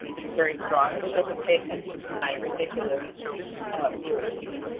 it's very strong and it doesn't pay attention to my ridiculous ah rules